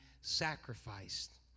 sacrificed